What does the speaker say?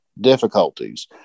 difficulties